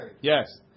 Yes